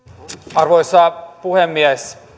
arvoisa puhemies